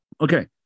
Okay